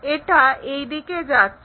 এটা এই দিকে যাচ্ছে